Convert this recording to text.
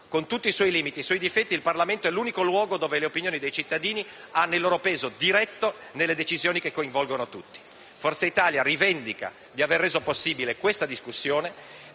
Con tutti i suoi limiti e difetti, il Parlamento è l'unico luogo dove le opinioni dei cittadini hanno il loro peso diretto nelle decisioni che coinvolgono tutti. Forza Italia rivendica di aver reso possibile questa discussione,